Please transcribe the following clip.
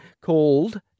called